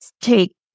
take